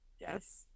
Yes